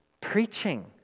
preaching